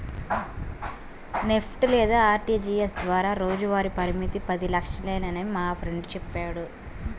NEFT లేదా RTGS ద్వారా రోజువారీ పరిమితి పది లక్షలేనని మా ఫ్రెండు చెప్పాడు